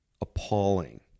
appalling